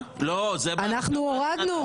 אנחנו הורדנו.